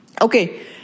Okay